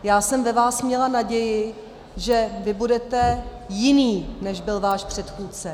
Já jsem ve vás měla naději, že vy budete jiný, než byl váš předchůdce.